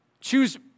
Choose